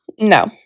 No